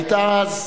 היתה אז,